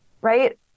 right